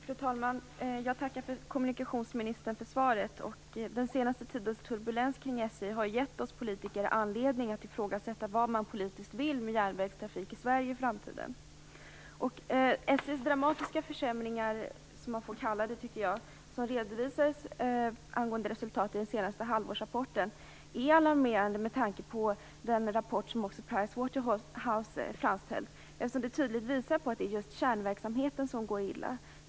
Fru talman! Jag tackar kommunikationsministern för svaret. Den senaste tidens turbulens kring SJ har givit oss politiker anledning att ifrågasätta vad man politiskt vill med järnvägstrafik i Sverige i framtiden. SJ:s dramatiska försämringar, vilket jag tycker att man får kalla det, redovisades i senaste halvårsrapporten. Resultaten är alarmerande också med tanke på den rapport som Price Waterhouse framställt. Den visar tydligt att det är just kärnverksamheten som går illa.